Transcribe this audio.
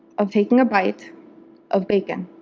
of taking a bite of bacon.